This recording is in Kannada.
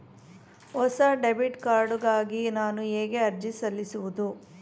ಹೊಸ ಡೆಬಿಟ್ ಕಾರ್ಡ್ ಗಾಗಿ ನಾನು ಹೇಗೆ ಅರ್ಜಿ ಸಲ್ಲಿಸುವುದು?